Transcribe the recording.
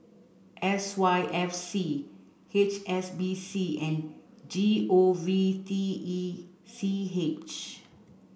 S Y F C H S B C and G O V T E C H